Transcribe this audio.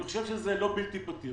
אני חושב שזה לא בלתי פתיר.